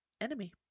enemy